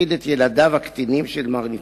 הפחיד את ילדיו הקטינים של מר ניצן.